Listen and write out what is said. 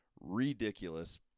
ridiculous